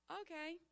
Okay